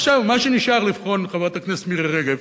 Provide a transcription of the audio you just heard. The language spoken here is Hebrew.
עכשיו, מה שנשאר לבחון, חברת הכנסת מירי רגב,